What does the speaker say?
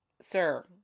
Sir